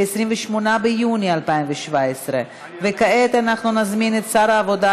ב-28 ביוני 2017. כעת אנחנו נזמין את שר העבודה,